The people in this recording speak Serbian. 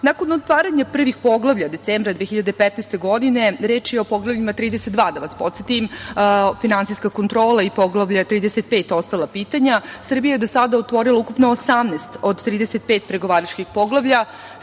otvaranja prvih poglavlja decembra 2015. godine, reč je o Poglavlju 32, da vas podsetim, „Finansijska kontrola“ i Poglavlje 35 „Ostala pitanja“, Srbija je do sada otvorila ukupno 18 od 35 pregovaračkih poglavlja,